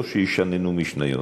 או שישננו משניות?